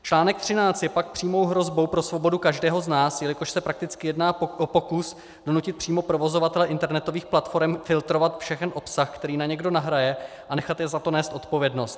Článek 13 je pak přímou hrozbou pro svobodu každého z nás, jelikož se prakticky jedná o pokus vnutit přímo provozovateli internetových platforem filtrovat všechen obsah, který někdo nahraje, a nechat je za to nést odpovědnost.